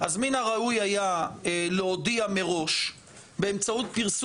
מן הראוי היה להודיע מראש לציבור,